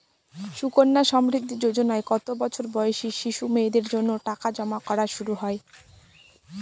সুকন্যা সমৃদ্ধি যোজনায় কত বছর বয়সী শিশু মেয়েদের জন্য টাকা জমা করা শুরু হয়?